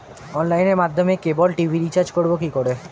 অনলাইনের মাধ্যমে cable TV recharge করব কি করে?